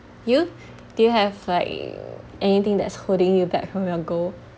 you do you have like anything that is holding you back from your goal